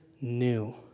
new